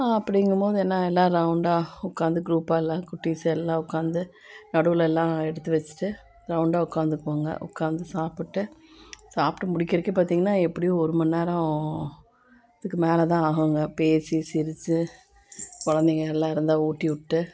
அப்படிங்கும்போது என்ன எல்லாேரும் ரவுண்டாக உட்காந்து குரூப்பாக எல்லாேரும் குட்டிஸ் எல்லாம் உட்காந்து நடுவில் எல்லாம் எடுத்து வச்சுட்டு ரவுண்டாக உட்காந்துருப்போங்க உட்காந்து சாப்பிட்டு சாப்பிட்டு முடிக்கிறக்கே பார்த்தீங்கனா எப்படியும் ஒரு மணி நேரம் ஆகும் இதுக்கு மேலேதான் ஆகுங்க பேசி சிரித்து குழந்தைங்க எல்லாம் இருந்தால் ஊட்டி விட்டு